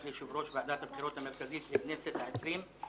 ליושב-ראש ועדת הבחירות המרכזית לכנסת העשרים,